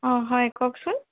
অঁ হয় কওকচোন